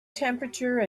temperature